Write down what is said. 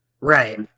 Right